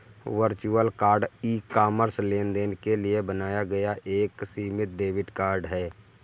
virtual card e commerce लेनदेन के लिए बनाया गया एक सीमित डेबिट कार्ड है